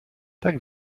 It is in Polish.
tak